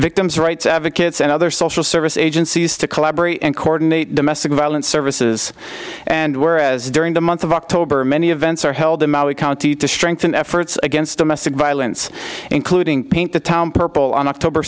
victims rights advocates and other social service agencies to collaborate and coordinate domestic violence services and where as during the month of october many events are held in mali county to strengthen efforts against domestic violence including paint the town purple on october